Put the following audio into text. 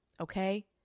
okay